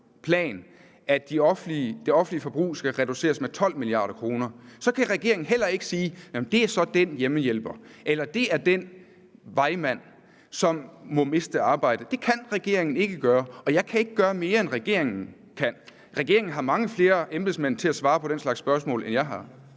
plan, at det offentlige forbrug skal reduceres med 12 mia. kr., kan regeringen heller ikke sige: Jamen det er så dén hjemmehjælper, eller det er dén vejmand, som må miste arbejdet. Det kan regeringen ikke gøre, og jeg kan ikke gøre mere, end regeringen kan. Regeringen har mange flere embedsmænd til at svare på den slags spørgsmål, end jeg har.